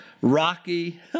Rocky